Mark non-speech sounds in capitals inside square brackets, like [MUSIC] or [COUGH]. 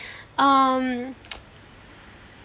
[BREATH] um [NOISE]